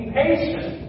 patient